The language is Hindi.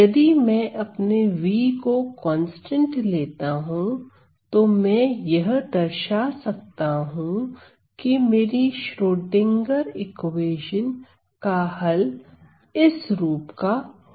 यदि मैं अपने v को कांस्टेंट लेता हूं तो मैं यह दर्शा सकता हूं कि मेरी श्रोडिंगर इक्वेशन का हल इस रूप का होगा